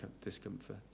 discomfort